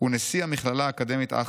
ונשיא המכללה האקדמית אחוה.